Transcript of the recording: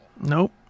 Nope